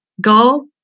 go